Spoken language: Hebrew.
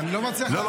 אני לא מצליח --- לא,